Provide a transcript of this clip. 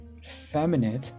feminine